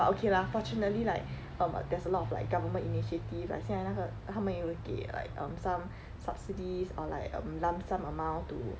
but okay lah fortunately like um there's a lot like government initiative like 现在那个他们有给那个 like um some subsidies or like a lump sum amount to